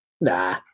Nah